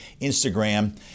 Instagram